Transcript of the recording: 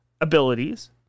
abilities